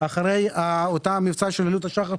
אחרי מבצע "עלות השחר",